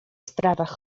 sprawach